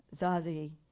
Zazi